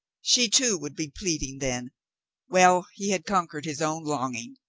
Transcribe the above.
she too would be pleading, then well, he had con quered his own longing.